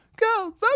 go